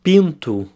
Pinto